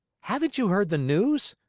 haven't you heard the news?